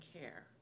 care